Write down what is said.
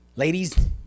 Ladies